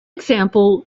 example